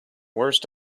worst